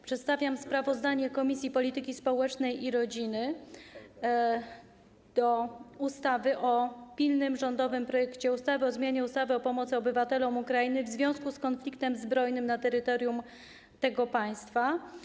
Przedstawiam sprawozdanie Komisji Polityki Społecznej i Rodziny dotyczące pilnego rządowego projektu ustawy o zmianie ustawy o pomocy obywatelom Ukrainy w związku z konfliktem zbrojnym na terytorium tego państwa.